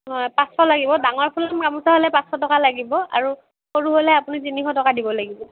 হয় পাঁচশ লাগিব ডাঙৰ ফুলৰ গামোচা হ'লে পাঁচশ টকা লাগিব আৰু সৰু হ'লে আপুনি তিনিশ টকা দিব লাগিব